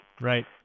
Right